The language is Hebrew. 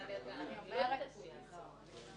אני לא חושבת שאני יכולה להציע כאן משהו פורמלי,